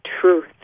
truth